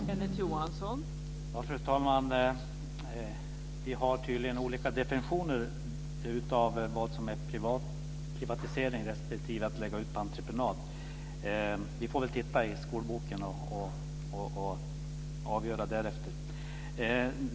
Fru talman! Vi har tydligen olika definitioner av vad som är privatisering respektive att lägga ut verksamhet på entreprenad. Vi får väl titta i skolboken och fälla avgörandet sedan.